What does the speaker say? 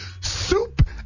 Soup